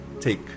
take